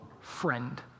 friend